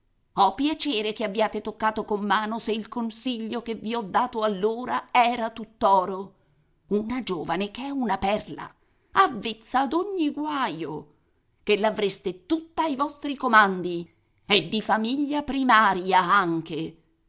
ho piacere che abbiate toccato con mano se il consiglio che vi ho dato allora era tutt'oro una giovane ch'è una perla avvezza ad ogni guaio che l'avreste tutta ai vostri comandi e di famiglia primaria anche